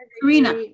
Karina